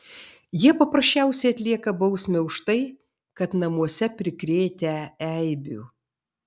jie paprasčiausiai atlieka bausmę už tai kad namuose prikrėtę eibių